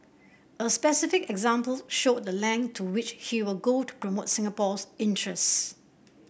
a specific example showed the length to which he will go to promote Singapore's interests